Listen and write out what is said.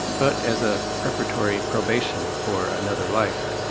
but as a preparatory probation for another life.